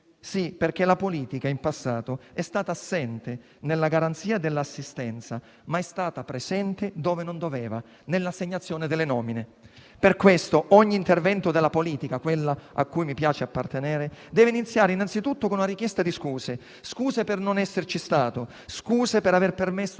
Sì, perché la politica in passato è stata assente nella garanzia dell'assistenza, ma è stata presente dove non doveva: nell'assegnazione delle nomine. Per questo ogni intervento della politica, quella a cui mi piace appartenere, deve iniziare innanzitutto con una richiesta di scuse: scuse per non esserci stata; scuse per aver permesso